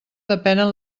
depenen